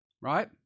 Right